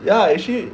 ya actually